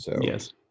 Yes